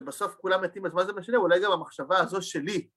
ובסוף כולם מתים, אז מה זה משנה? אולי זה במחשבה הזו שלי.